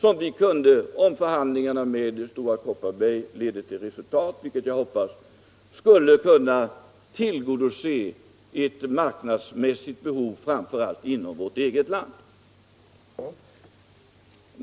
Om förhandlingarna med Stora Kopparberg ledde till resultat — vilket jag hoppades — skulle vi därmed tiligodose ett marknadsmässigt behov inom framför allt vårt eget land.